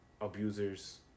abusers